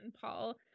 Paul